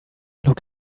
look